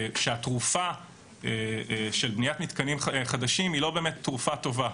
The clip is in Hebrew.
אגב שהתרופה של בניית מתקנים חדשים היא לא באמת תרופה טובה,